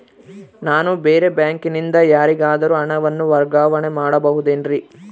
ನಾನು ಬೇರೆ ಬ್ಯಾಂಕಿನಿಂದ ಯಾರಿಗಾದರೂ ಹಣವನ್ನು ವರ್ಗಾವಣೆ ಮಾಡಬಹುದೇನ್ರಿ?